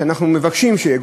שאנחנו מבקשים שיהיה,